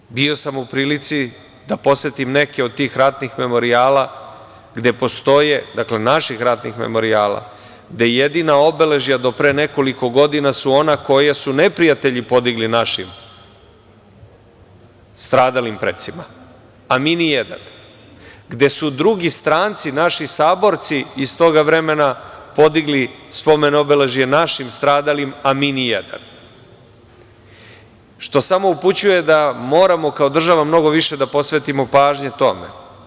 Dakle, bio sam u prilici da posetim neke od tih ratnih memorijala gde postoje, naših ratnih memorijala, gde jedina obeležja do pre nekoliko godina su ona koja su neprijatelji podigli našim stradalim precima, a mi ni jedan, gde su drugi stranci naši saborci iz toga vremena podigli spomen obeležje našim stradalim, a mi ni jedan, što samo upućuje da moramo kao država mnogo više da posvetimo pažnje tome.